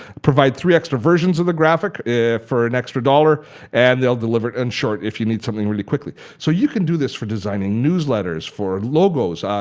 provide three extra versions of the graphic for an extra dollar and they'll deliver it in short if you need something really quickly. so you can do this for designing newsletters, for logos.